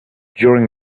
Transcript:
during